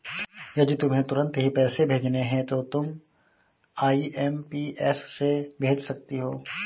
यदि तुम्हें तुरंत ही पैसे भेजने हैं तो तुम आई.एम.पी.एस से भेज सकती हो